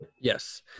Yes